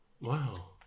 Wow